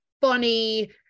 funny